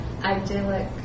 idyllic